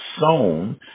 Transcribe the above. sown